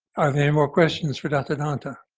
anymore questions for dr. donta?